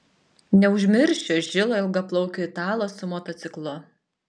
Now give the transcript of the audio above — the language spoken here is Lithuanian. neužmiršiu žilo ilgaplaukio italo su motociklu